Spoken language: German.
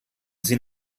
sie